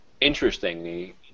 interestingly